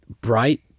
bright